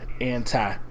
anti